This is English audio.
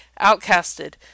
outcasted